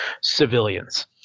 civilians